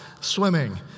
swimming